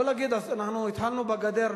לא להגיד: אנחנו התחלנו בגדר,